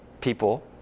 people